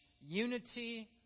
unity